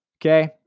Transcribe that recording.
Okay